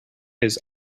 his